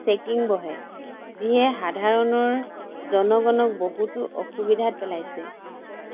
checking বহে যিয়ে সাধাৰণৰ জনগণক বহুতো অসুবিধাত পেলাইছে